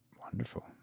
Wonderful